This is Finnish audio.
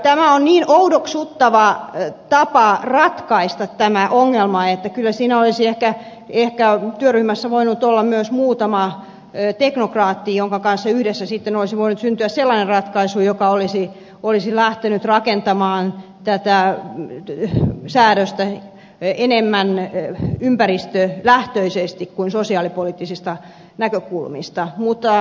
tämä on niin oudoksuttava tapa ratkaista tämä ongelma että kyllä siinä olisi ehkä työryhmässä voinut olla myös muutama teknokraatti joiden kanssa yhdessä olisi voinut syntyä sellainen ratkaisu joka olisi lähtenyt rakentamaan tätä säädöstä enemmän ympäristölähtöisesti kuin sosiaalipoliittisista näkökulmista